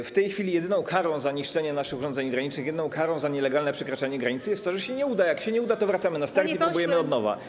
W tej chwili jedyną karą za niszczenie naszych urządzeń granicznych, jedyną karą za nielegalne przekraczanie granicy jest to, że się nie uda, a jak się nie uda, to wracamy na start i próbujemy od nowa.